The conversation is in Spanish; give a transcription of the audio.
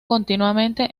continuamente